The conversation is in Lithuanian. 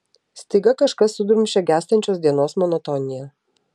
staiga kažkas sudrumsčia gęstančios dienos monotoniją